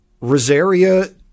Rosaria